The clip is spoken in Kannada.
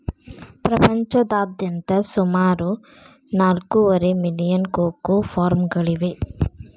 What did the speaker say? ಪ್ರಪಂಚದಾದ್ಯಂತ ಸುಮಾರು ನಾಲ್ಕೂವರೆ ಮಿಲಿಯನ್ ಕೋಕೋ ಫಾರ್ಮ್ಗಳಿವೆ